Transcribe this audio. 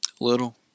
Little